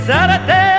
Saturday